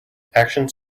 actions